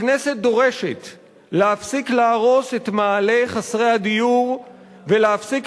הכנסת דורשת להפסיק להרוס את מאהלי חסרי הדיור ולהפסיק